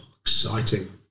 Exciting